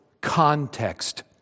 context